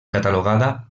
catalogada